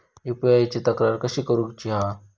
UPI ची तक्रार कशी करुची हा?